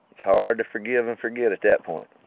it's hard to forgive and forget at that point